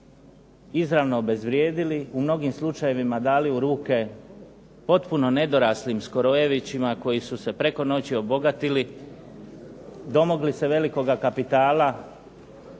izravno obezvrijedili, u mnogim slučajevima dali u ruke potpuno nedoraslim skorojevićima koji su se preko noći obogatili domogli se velikoga kapitala